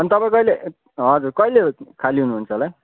अन्त तपाईँ कहिले हजुर कहिले खाली हुनुहुन्छ होला है